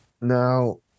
Now